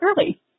early